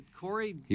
Corey